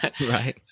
right